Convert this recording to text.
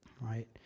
right